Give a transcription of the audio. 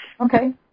Okay